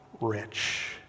rich